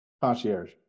concierge